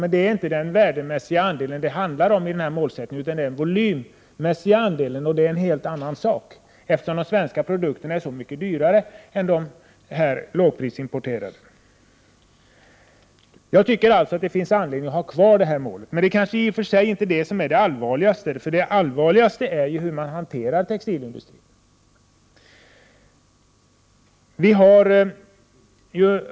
Men det handlar inte om den värdemässiga andelen i den här målsättningen, utan den volymmässiga andelen. Det är en helt annan sak. De svenska produkterna är mycket dyrare än de lågprisimporterade produkterna. Jag tycker alltså att det finns anledning att ha kvar målet. Men detta är i och för sig kanske inte det allvarligaste. Det allvarligaste är ju hur man hanterar textilindustrin.